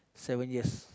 seven years